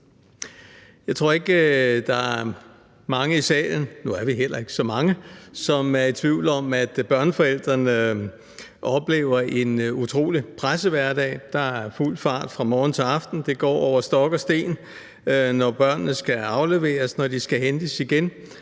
heller ikke så mange – som er i tvivl om, at børneforældrene oplever en utrolig presset hverdag. Der er fuld fart på fra morgen til aften. Det går over stok og sten, når børnene skal afleveres, når de skal hentes igen,